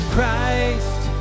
Christ